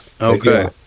Okay